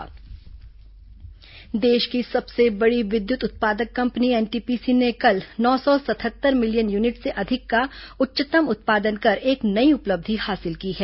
NTPC उपलब्धि देश की सबसे बड़ी विद्युत उत्पादक कंपनी एनटीपीसी ने कल नौ सौ सतहत्तर मिलियन यूनिट से अधिक का उच्चतम उत्पादन कर एक नई उपलब्धि हासिल की है